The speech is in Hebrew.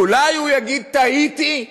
אולי הוא יגיד "טעיתי"?